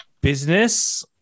Business